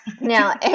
Now